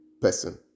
person